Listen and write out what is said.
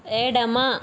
ఎడమ